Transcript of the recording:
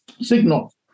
Signal